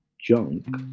junk